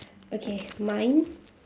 okay mine